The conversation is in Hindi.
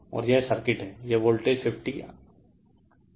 और यह सर्किट है यह वोल्टेज 50 45o है